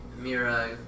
Mira